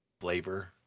flavor